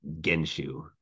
Genshu